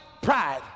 pride